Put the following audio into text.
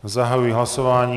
Zahajuji hlasování.